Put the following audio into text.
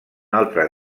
altre